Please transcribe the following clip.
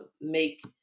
make